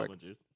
juice